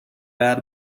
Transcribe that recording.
bad